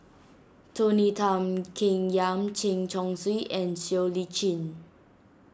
Tony Tan Keng Yam Chen Chong Swee and Siow Lee Chin